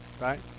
right